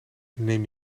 neem